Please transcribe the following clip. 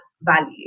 value